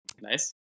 Nice